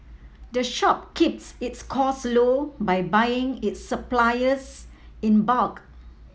the shop keeps its costs low by buying its supplies in bulk